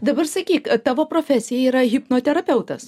dabar sakyk tavo profesija yra hipnoterapeutas